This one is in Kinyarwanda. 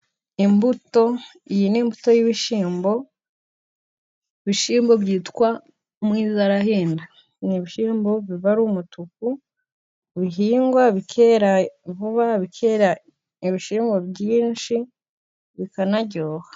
Imbuto, iyi ni imbuto y'ibishyimbo ibishyimbo byitwa Umwizarahenda, ni ibishyimbo biba ari umutuku bihingwa bikera vuba, bikera ibishyimbo byinshi bikanaryoha.